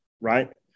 right